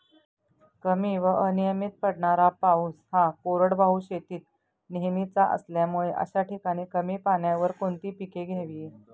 कमी व अनियमित पडणारा पाऊस हा कोरडवाहू शेतीत नेहमीचा असल्यामुळे अशा ठिकाणी कमी पाण्यावर कोणती पिके घ्यावी?